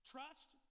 Trust